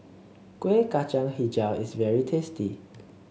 Kueh Kacang hijau is very tasty